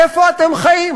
איפה אתם חיים?